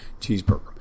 cheeseburger